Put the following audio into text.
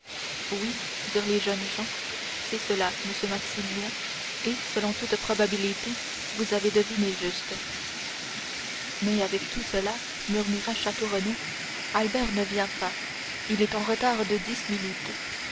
oui dirent les jeunes gens c'est cela monsieur maximilien et selon toute probabilité vous avez deviné juste mais avec tout cela murmura château renaud albert ne vient pas il est en retard de dix minutes